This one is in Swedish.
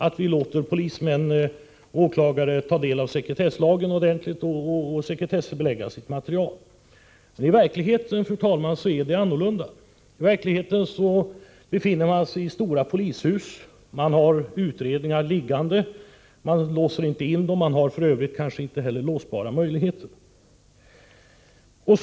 Polismän och åklagare skall sätta sig in i sekretesslagen ordentligt, så att de sedan sekretessbelägger sitt material. I verkligheten är det emellertid annorlunda. Man befinner sig i stora polishus, där utredningsmaterial ligger framme. Man bryr sig inte om att låsa in materialet och har kanske inte heller möjligheter att låsa in sina handlingar.